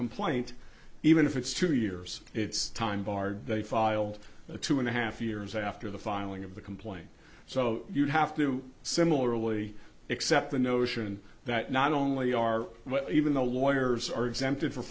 complaint even if it's two years it's time barred they filed a two and a half years after the filing of the complaint so you'd have to similarly except the notion that not only are even the lawyers are exempt